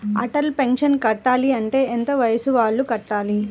Atal pension కట్టాలి అంటే ఎంత వయసు వాళ్ళు కట్టాలి?